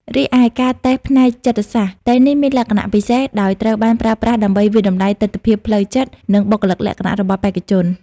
រីឯការតេស្តផ្នែកចិត្តសាស្ត្រ តេស្តនេះមានលក្ខណៈពិសេស ដោយត្រូវបានប្រើប្រាស់ដើម្បីវាយតម្លៃទិដ្ឋភាពផ្លូវចិត្ត និងបុគ្គលិកលក្ខណៈរបស់បេក្ខជន។